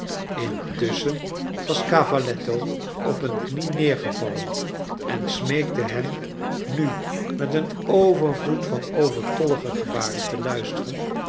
intusschen was cavalletto op een knie neergevallen en smeekte hem nu met een overvloed van overtollige gebaren te luisteren